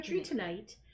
tonight